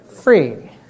free